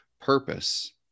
purpose